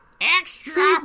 Extra